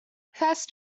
fast